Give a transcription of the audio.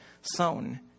sown